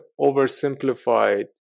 oversimplified